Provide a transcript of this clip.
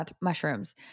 mushrooms